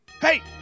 Hey